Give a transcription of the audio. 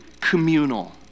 communal